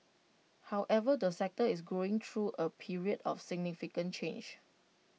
however the sector is going through A period of significant change